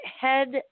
head